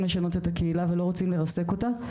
לשנות את הקהילה ולא רוצים לרסק אותה,